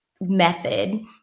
method